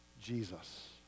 Jesus